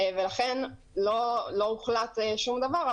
לכן לא הוחלט שום דבר,